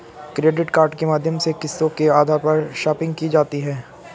credit card के माध्यम से किस्तों के आधार पर शापिंग की जा सकती है